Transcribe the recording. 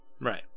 Right